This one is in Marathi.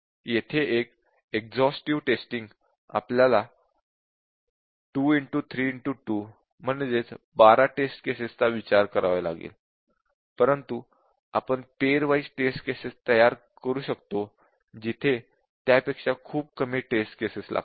येथे एक इग्ज़ॉस्टिव टेस्टिंग म्हणून आपल्याला 2 3 2 १२ टेस्ट केसेस चा विचार करावा लागेल परंतु आपण पेअर वाइज़ टेस्ट केसेस तयार करू शकतो जिथे त्यापेक्षा खूप कमी टेस्ट केसेस लागतील